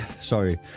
Sorry